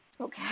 Okay